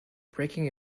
breaking